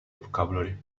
vocabulary